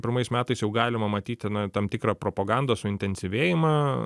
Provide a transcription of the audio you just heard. pirmais metais jau galima matyti tam tikrą propagandos suintensyvėjimą